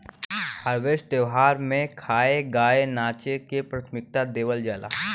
harvest त्यौहार में खाए, गाए नाचे के प्राथमिकता देवल जाला